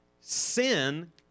sin